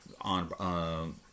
on